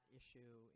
issue